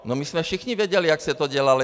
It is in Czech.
No my jsme všichni věděli, jak se to dělalo.